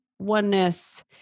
oneness